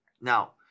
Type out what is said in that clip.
Now